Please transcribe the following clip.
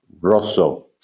rosso